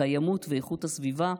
הקיימות ואיכות הסביבה,